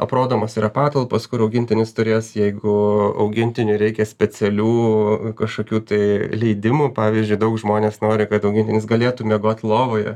aprodomos yra patalpos kur augintinis turės jeigu augintiniui reikia specialių kažkokių tai leidimų pavyzdžiui daug žmonės nori kad augintinis galėtų miegot lovoje